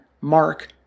Mark